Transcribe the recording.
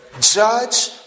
Judge